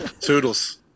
Toodles